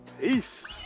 peace